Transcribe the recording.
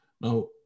Now